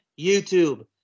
YouTube